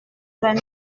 vingt